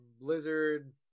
Blizzard